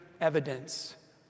evidence